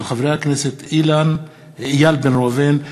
חברי הכנסת איל בן ראובן,